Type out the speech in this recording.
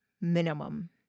minimum